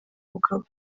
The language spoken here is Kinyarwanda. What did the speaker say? mugabo